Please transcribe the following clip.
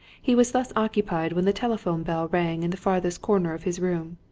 he was thus occupied when the telephone bell rang in the farthest corner of his room.